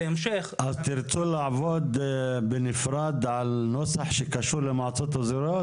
אז תרצו לעבוד בנפרד על נוסח שקשור למועצות אזוריות?